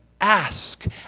Ask